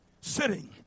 sitting